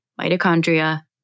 mitochondria